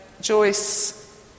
Joyce